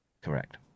Correct